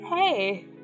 Hey